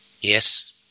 Yes